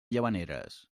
llavaneres